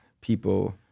people